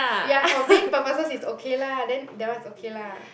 ya for vain purposes it's okay lah then that one is okay lah